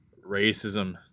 racism